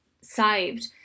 saved